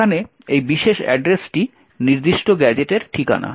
এখানে এই বিশেষ অ্যাড্রেসটি নির্দিষ্ট গ্যাজেটের ঠিকানা